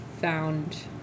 found